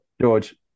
George